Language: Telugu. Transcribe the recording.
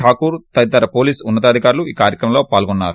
టాకూర్ తదితర పోలీస్ ఉన్న తాధి కారులు ఈ కార్యక్రమంలో పాల్గున్నారు